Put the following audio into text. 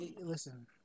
Listen